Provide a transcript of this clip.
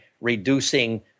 reducing